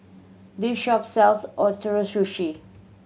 this shop sells Ootoro Sushi